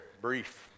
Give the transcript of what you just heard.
brief